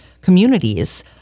communities